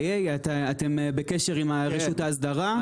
אתם בקשר עם רשות ההסדרה?